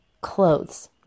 Clothes